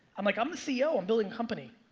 i'm like, i'm the ceo, i'm building company.